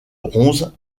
bronze